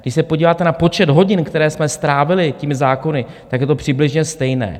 Když se podíváte na počet hodin, které jsme strávili těmi zákony, tak je to přibližně stejné.